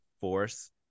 force